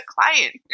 client